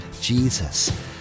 Jesus